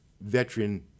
veteran